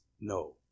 no